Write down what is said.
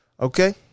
Okay